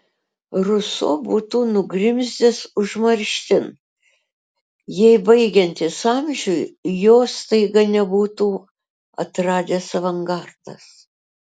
ruso būtų nugrimzdęs užmarštin jei baigiantis amžiui jo staiga nebūtų atradęs avangardas